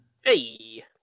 Hey